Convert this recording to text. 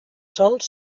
sòls